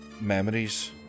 Memories